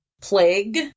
Plague